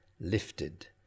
Lifted